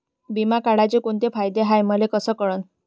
बिमा काढाचे कोंते फायदे हाय मले कस कळन?